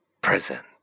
Present